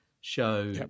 show